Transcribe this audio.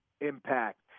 impact